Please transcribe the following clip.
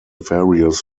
various